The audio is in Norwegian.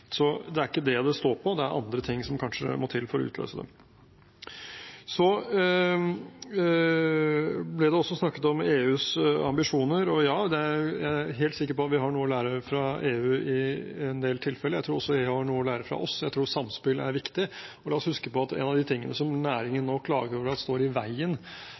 Så det er ikke det det står på, det er andre ting som kanskje må til for å utløse det. Det ble også snakket om EUs ambisjoner. Og ja, jeg er helt sikker på at vi har noe å lære av EU i en del tilfeller. Jeg tror også EU har noe å lære av oss. Jeg tror samspill er viktig. La oss huske på at en av de tingene som næringen nå klager over står i veien